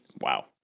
Wow